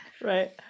right